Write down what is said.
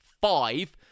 Five